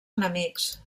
enemics